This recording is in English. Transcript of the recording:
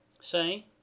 say